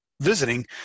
visiting